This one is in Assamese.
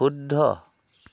শুদ্ধ